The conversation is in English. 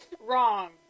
Wrong